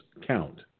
count